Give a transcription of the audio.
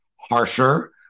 harsher